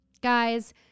guys